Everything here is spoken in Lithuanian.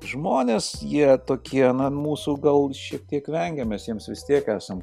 žmonės jie tokie na mūsų gal šiek tiek vengia mes jiems vis tiek esam